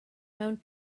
mewn